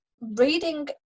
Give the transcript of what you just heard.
reading